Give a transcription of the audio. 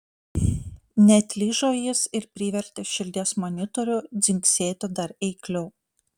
neatlyžo jis ir privertė širdies monitorių dzingsėti dar eikliau